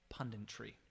punditry